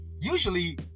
usually